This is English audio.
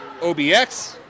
OBX